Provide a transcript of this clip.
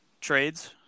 trades